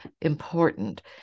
important